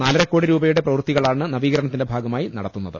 നാലരക്കോടി രൂപയുടെ പ്രവൃത്തികളാണ് നവീകരണത്തിന്റെ ഭാഗമായി നടത്തുന്ന ത്